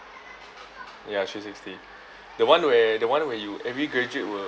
ya three-sixty the one where the one where you every graduate will